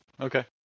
Okay